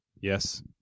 Yes